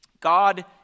God